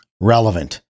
relevant